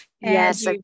yes